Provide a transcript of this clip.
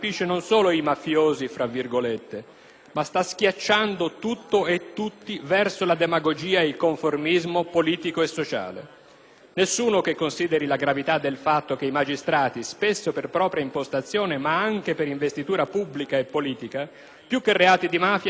ma sta schiacciando tutto e tutti verso la demagogia e il conformismo politico e sociale. Nessuno che consideri la gravità del fatto che i magistrati, spesso per propria impostazione ma anche per investitura pubblica e politica, più che reati di mafia, stiano perseguendo la Mafia-istituzione,